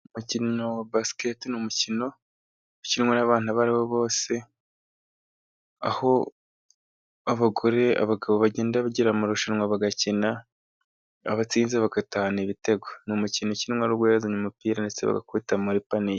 Umukino wa basiketibolo; ni umukino ukinwa n' abana, abaribo bose, abagore, abagabo, bagenda bagira amarushanwa bagakina abatsinze bagatahana ibitego, ni umukino ukinwa wo guherezanya umupira ndetse bagakubita muri paniye.